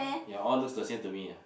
ya all looks the same to me ah